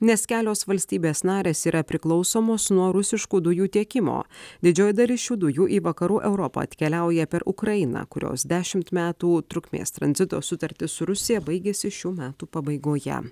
nes kelios valstybės narės yra priklausomos nuo rusiškų dujų tiekimo didžioji dalis šių dujų į vakarų europą atkeliauja per ukrainą kurios dešimt metų trukmės tranzito sutartis su rusija baigiasi šių metų pabaigoje